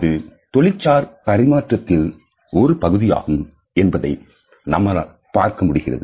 அது தொழில்சார் பரிமாற்றத்தில் ஒரு பகுதியாகும் என்பதை நம்மால் பார்க்க முடிகிறது